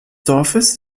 dorfes